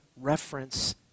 reference